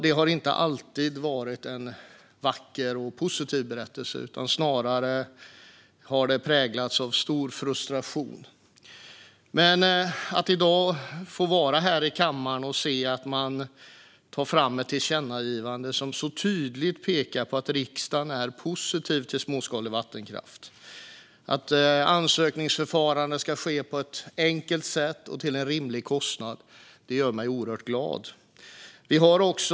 Det har inte alltid varit en vacker och positiv berättelse, utan den har snarare präglats av stor frustration. Det gör mig dock oerhört glad att i dag få vara här i kammaren och se att man gör ett tillkännagivande som så tydligt visar att riksdagen är positiv till småskalig vattenkraft samt att ansökningsförfarandet ska ske på ett enkelt sätt och till en rimlig kostnad.